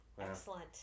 Excellent